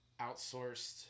outsourced